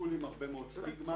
טיפול עם הרבה מאוד סטיגמה.